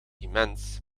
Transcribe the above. immens